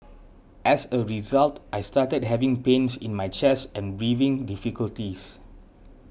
as a result I started having pains in my chest and breathing difficulties